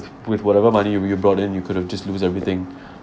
with whatever money you you brought in you could have just lose everything